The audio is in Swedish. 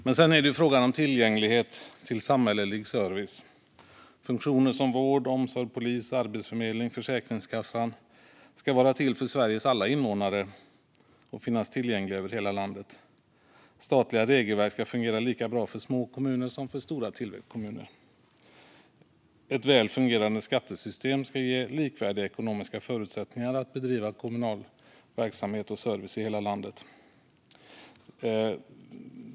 Men sedan är det frågan om tillgänglighet till samhällelig service. Funktioner som vård, omsorg, polis, arbetsförmedling och försäkringskassa ska vara till för Sveriges alla invånare och finnas tillgängliga över hela landet. Statliga regelverk ska fungera lika bra för små kommuner som för stora tillväxtkommuner. Ett väl fungerande skattesystem ska ge likvärdiga ekonomiska förutsättningar att bedriva kommunal verksamhet och service i hela landet.